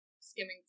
skimming